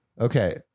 Okay